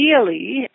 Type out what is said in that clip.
Ideally